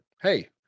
Hey